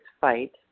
fight